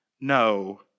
no